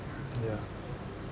ya